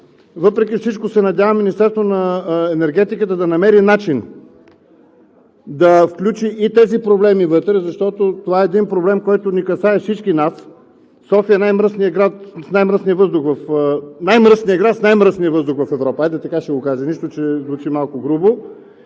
Въпреки всичко се надявам Министерството на енергетиката да намери начин да включи и тези проблеми вътре, защото това е проблем, който касае всички нас. София е най-мръсният град с най-мръсния въздух в Европа